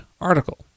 article